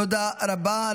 תודה רבה.